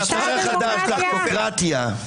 "דחקוקרטיה".